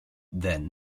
then